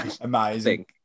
amazing